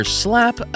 slap